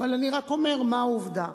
אבל אני רק אומר מה העובדה.